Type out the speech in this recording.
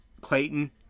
Clayton